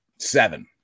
seven